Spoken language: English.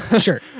Sure